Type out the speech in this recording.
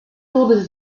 rode